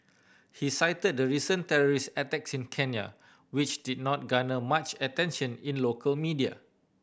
he cited the recent terrorist attack in Kenya which did not garner much attention in local media